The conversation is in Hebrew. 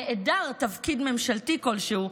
הנעדר תפקיד ממשלתי כלשהו,